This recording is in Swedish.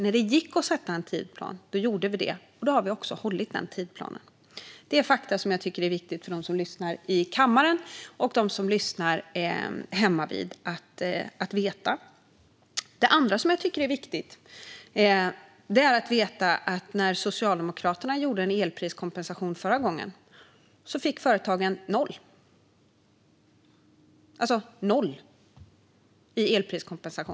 När det gick att sätta en tidsplan gjorde vi det. Vi har också hållit den tidsplanen. Detta är fakta som jag tycker att det är viktigt för dem som lyssnar i kammaren och dem som lyssnar hemmavid att känna till. Det andra som jag tycker är viktigt att veta är att när Socialdemokraterna gjorde en elpriskompensation förra gången fick företagen noll.